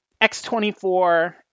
X24